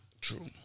True